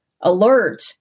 alert